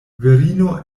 virino